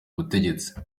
ubutegetsi